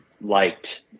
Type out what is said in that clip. liked